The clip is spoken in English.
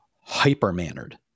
hyper-mannered